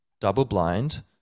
double-blind